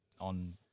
on